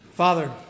Father